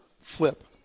flip